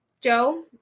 Joe